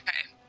Okay